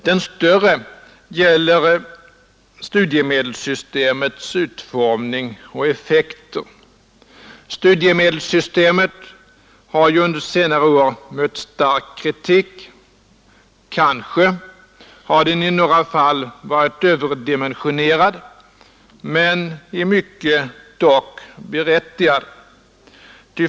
Den större frågan gäller studiemedelssystemets utformning och effekter. Studiemedelssystemet har under senare år mött stark kritik. Kanske har kritiken i några fall varit överdimensionerad, men i mycket har den dock varit berättigad.